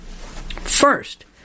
First